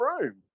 room